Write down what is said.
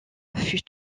fut